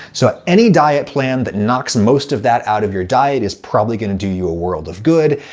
so any diet plan that knocks and most of that out of your diet is probably gonna do you a world of good,